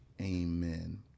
amen